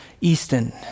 Easton